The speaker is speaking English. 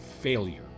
failure